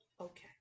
okay